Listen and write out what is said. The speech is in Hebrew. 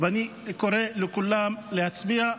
ואני קורא לכולם להצביע.